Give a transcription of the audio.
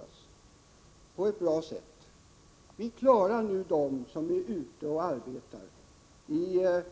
Jag tycker att vi på ett bra sätt har klarat barnbidragsfrågan för dem som arbetar i